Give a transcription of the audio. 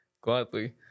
gladly